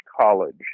college